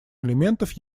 элементов